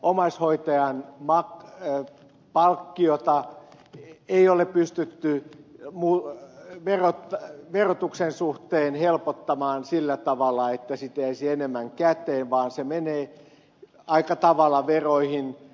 omaishoitajan palkkiota ei ole pystytty verotuksen suhteen helpottamaan sillä tavalla että siitä jäisi enemmän käteen vaan se menee aika tavalla veroihin